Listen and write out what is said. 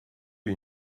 lui